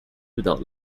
without